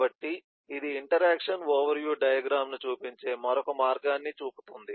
కాబట్టి ఇది interaction overview diagram ను చూపించే మరొక మార్గాన్ని చూపుతుంది